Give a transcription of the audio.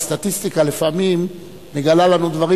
הסטטיסטיקה לפעמים מגלה לנו דברים